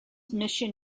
mission